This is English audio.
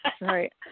right